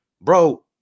bro